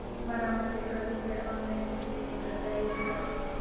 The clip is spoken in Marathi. मला माझे कर्जफेड ऑनलाइन पद्धतीने करता येईल का?